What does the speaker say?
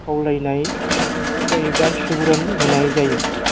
खावलायनाय जायो एबा सुबुरुन होनाय जायो